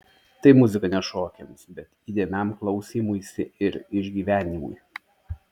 tai muzika ne šokiams bet įdėmiam klausymuisi ir išgyvenimui